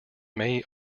may